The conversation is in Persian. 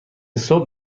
صبح